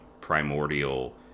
primordial